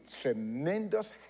tremendous